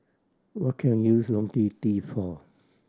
what can use Ionil T for